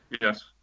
Yes